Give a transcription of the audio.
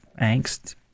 angst